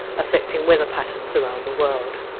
affecting weather patterns around the world.